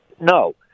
No